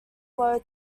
low